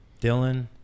dylan